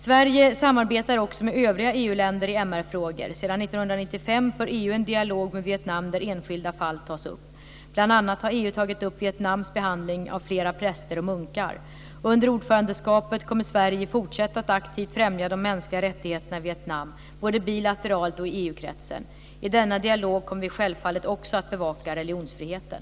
Sverige samarbetar också med övriga EU-länder i MR-frågor. Sedan 1995 för EU en dialog med Vietnam där enskilda fall tas upp. Bl.a. har EU tagit upp Under ordförandeskapet kommer Sverige fortsätta att aktivt främja de mänskliga rättigheterna i Vietnam, både bilateralt och i EU-kretsen. I denna dialog kommer vi självfallet också att bevaka religionsfriheten.